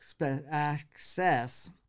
access